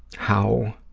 how